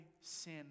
sin